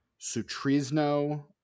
Sutrisno